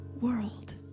world